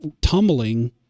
tumbling